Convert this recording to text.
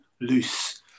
loose